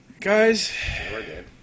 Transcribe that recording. Guys